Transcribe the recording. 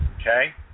Okay